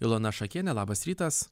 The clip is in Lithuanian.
ilona šakienė labas rytas